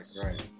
Right